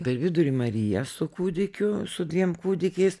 per vidurį marija su kūdikiu su dviem kūdikiais